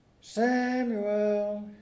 Samuel